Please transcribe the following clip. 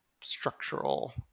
structural